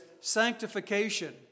sanctification